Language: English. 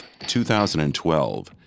2012